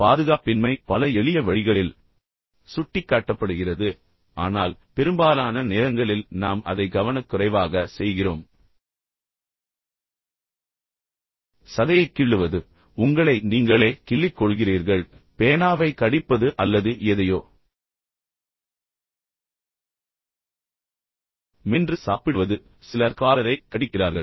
பாதுகாப்பின்மை பல எளிய வழிகளில் சுட்டிக்காட்டப்படுகிறது ஆனால் பெரும்பாலான நேரங்களில் நாம் அதை கவனக்குறைவாக செய்கிறோம் சதையை கிள்ளுவது எனவே உங்களை நீங்களே கிள்ளிக் கொள்கிறீர்கள் பின்னர் பேனாவை கடிப்பது அல்லது எதையோ மென்று சாப்பிடுவது சிலர் காலரை கடிக்கிறார்கள்